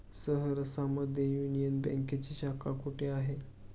सहरसा मध्ये युनियन बँकेची शाखा कुठे आहे?